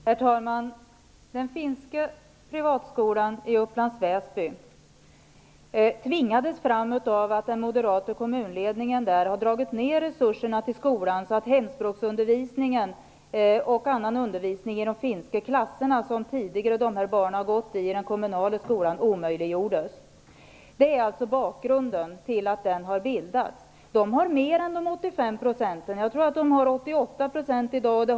Herr talman! Den finska privatskolan i Upplands Väsby har tvingats fram, eftersom den moderata kommunledningen har dragit ner resurserna till de kommunala skolorna så att hemspråksundervisningen och annan undervisning i de finska klasserna, som barnen tidigare har gått i, omöjliggjordes. Det är bakgrunden till att den skolan har bildats. Där får man mer än 85 %. Jag tror att man i dag får 88 %.